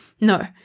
No